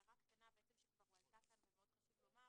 הערה קטנה בעצם שכבר הועלתה כאן ומאוד חשוב לומר